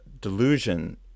delusion